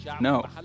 No